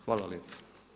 Hvala lijepa.